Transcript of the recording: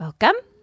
Welcome